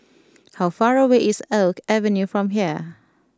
how far away is Oak Avenue from here